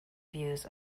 views